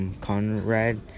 Conrad